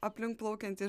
aplink plaukiantys